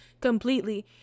completely